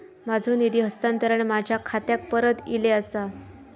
माझो निधी हस्तांतरण माझ्या खात्याक परत इले आसा